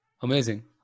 Amazing